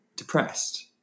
depressed